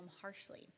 harshly